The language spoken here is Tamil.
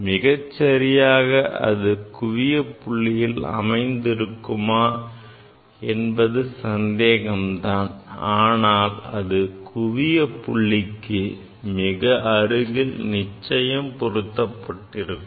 மிகச்சரியாக அது குவிய புள்ளியில் அமைந்து இருக்குமா என்பது சந்தேகம்தான் ஆனால் அது குவிய புள்ளிக்கு மிக அருகில் நிச்சயம் பொருத்தப்பட்டிருக்கும்